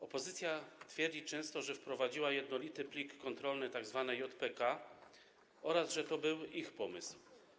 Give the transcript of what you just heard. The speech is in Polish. Opozycja twierdzi często, że wprowadziła jednolity plik kontrolny, tzw. JPK, oraz że był to ich pomysł.